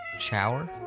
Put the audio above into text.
shower